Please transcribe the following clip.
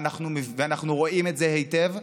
ואנחנו רואים את זה היטב,